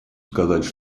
сказать